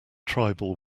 tribal